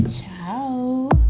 Ciao